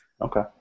Okay